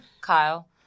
Kyle